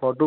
photo